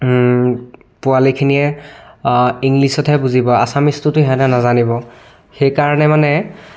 পোৱালিখিনিয়ে ইংলিছতহে বুজিব আচামিজটোতো সিহঁতে নাজানিব সেইকাৰণে মানে